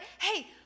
hey